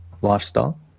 lifestyle